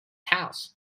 house